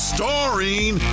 Starring